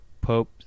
Pope